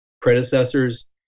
predecessors